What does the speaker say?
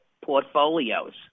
portfolios